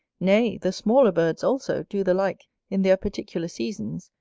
nay, the smaller birds also do the like in their particular seasons,